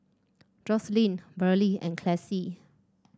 Joselyn Burley and Classie